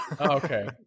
Okay